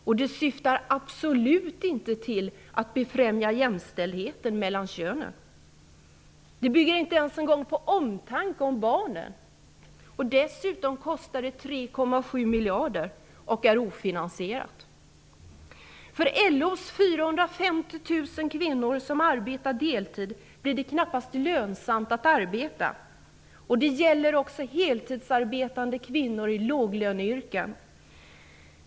Och det syftar absolut inte till att främja jämställdheten mellan könen. Det bygger inte ens på omtanke om barnen. Dessutom kostar det 3,7 miljarder och är ofinansierat! För LO:s 450 000 kvinnor som arbetar deltid blir det knappast lönsamt att arbeta. Det gäller också heltidsarbetande kvinnor i låglöneyrken.